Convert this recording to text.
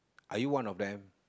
are you one of them